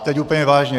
Teď úplně vážně.